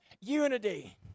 unity